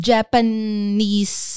Japanese